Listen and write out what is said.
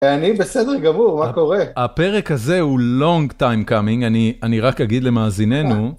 אני בסדר גמור, מה קורה? הפרק הזה הוא long time coming, אני רק אגיד למאזיננו.